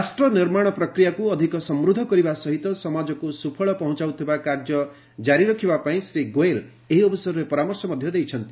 ରାଷ୍ଟ୍ର ନିର୍ମାଣ ପ୍ରକ୍ରିୟାକୁ ଅଧିକ ସମୃଦ୍ଧ କରିବା ସହିତ ସମାଜକୁ ସୁଫଳ ପହଞ୍ଚାଉଥିବା କାର୍ଯ୍ୟ କାରି ରଖିବାପାଇଁ ଶ୍ରୀ ଗୋୟଲ୍ ଏହି ଅବସରରେ ପରାମର୍ଶ ଦେଇଛନ୍ତି